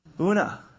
Una